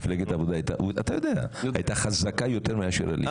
מפלגת העבודה הייתה חזקה יותר מאשר הליכוד.